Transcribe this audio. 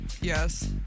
Yes